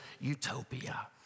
utopia